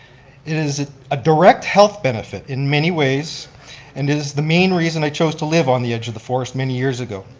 it is a direct health benefit in many ways and is the main reason i chose to live on the edge of the forest many years ago.